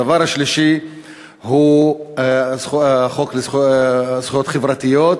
הדבר השלישי, חוק זכויות חברתיות.